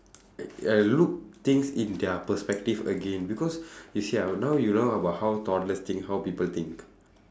look thing in their perspective again because you see ah now you know about how toddlers think how people think